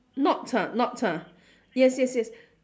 knot ah knot ah yes yes yes